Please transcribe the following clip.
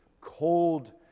cold